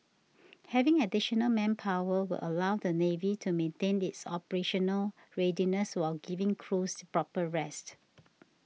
having additional manpower will allow the navy to maintain its operational readiness while giving crews proper rest